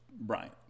Bryant